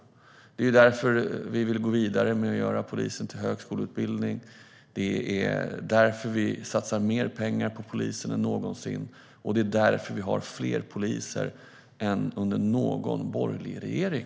Det är därför vi vill gå vidare med att göra polisutbildningen till högskoleutbildning, och det är därför vi satsar mer pengar på polisen än någonsin. Det är också därför vi har fler poliser än under någon borgerlig regering.